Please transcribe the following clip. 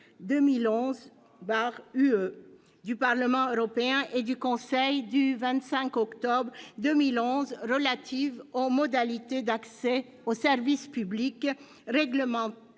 1104/2011/UE du Parlement européen et du Conseil du 25 octobre 2011 relative aux modalités d'accès au service public réglementé